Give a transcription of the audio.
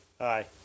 Hi